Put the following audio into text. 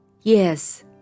Yes